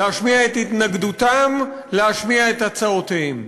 להשמיע את התנגדותם, להשמיע את הצעותיהם.